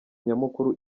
nyamukuru